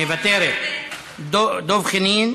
מוותרת, דב חנין,